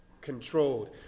controlled